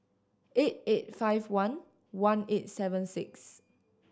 eight eight five one one eight seven six